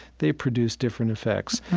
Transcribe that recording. they produce different effects.